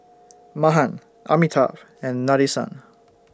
Mahan Amitabh and Nadesan